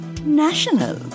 national